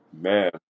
Man